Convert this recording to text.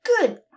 good